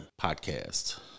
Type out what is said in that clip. Podcast